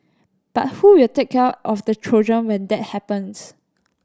but who will take care of the children when that happens